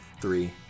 three